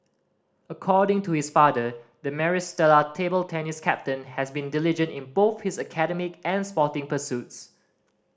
according to his father the Maris Stella table tennis captain has been diligent in both his academic and sporting pursuits